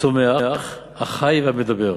הדומם, הצומח, החי והמדבר.